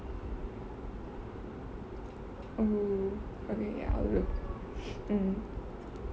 oh mm